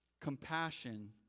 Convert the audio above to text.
compassion